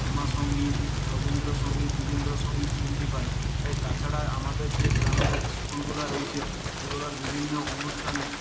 শ্যামাসঙ্গীত রবীন্দ্রসঙ্গীত দ্বিজেন্দ্রসঙ্গীত শুনতে পাই এই তাছাড়া আমাদের যে গ্রামের স্কুলগুলো রয়েছে সেগুলোর বিভিন্ন অনুষ্ঠানে